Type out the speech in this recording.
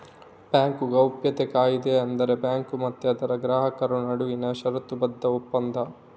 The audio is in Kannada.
ಬ್ಯಾಂಕ್ ಗೌಪ್ಯತಾ ಕಾಯಿದೆ ಅಂದ್ರೆ ಬ್ಯಾಂಕು ಮತ್ತೆ ಅದರ ಗ್ರಾಹಕರ ನಡುವಿನ ಷರತ್ತುಬದ್ಧ ಒಪ್ಪಂದ